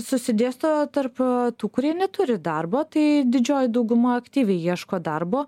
susidėsto tarp tų kurie neturi darbo tai didžioji dauguma aktyviai ieško darbo